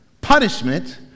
punishment